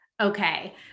Okay